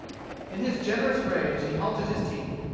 in his generous rage he halted his team,